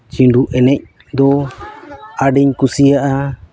ᱪᱷᱤᱸᱰᱩ ᱮᱱᱮᱡ ᱫᱚ ᱟᱹᱰᱤᱧ ᱠᱩᱥᱤᱭᱟᱜᱼᱟ